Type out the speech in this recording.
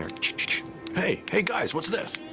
ah hey! hey, guys, what's this?